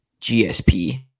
GSP